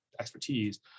expertise